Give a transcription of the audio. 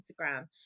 Instagram